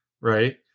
right